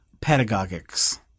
Pedagogics